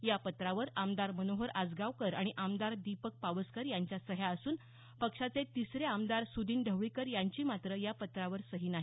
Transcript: या पत्रावर आमदार मनोहर आजगावकर आणि आमदार दिपक पावसकर यांच्या सह्या असून पक्षाचे तिसरे आमदार सुदिन ढवळीकर यांची मात्र या पत्रावर सही नाही